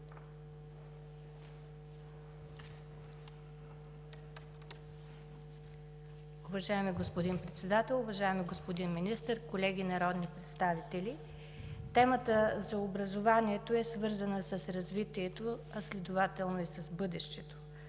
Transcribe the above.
Уважаеми господин Председател, уважаеми господин Министър, колеги народни представители! Темата за образованието е свързана с развитието, а следователно и с бъдещето.